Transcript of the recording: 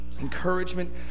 Encouragement